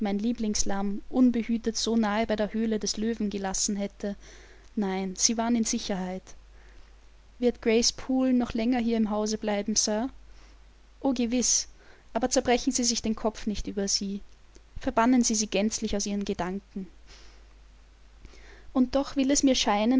mein lieblingslamm unbehütet so nahe bei der höhle des löwen gelassen hätte nein sie waren in sicherheit wird grace poole noch länger hier im hause bleiben sir o gewiß aber zerbrechen sie sich den kopf nicht über sie verbannen sie sie gänzlich aus ihren gedanken und doch will es mir scheinen daß